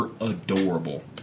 adorable